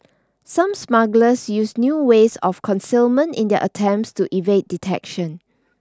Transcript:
some smugglers used new ways of concealment in their attempts to evade detection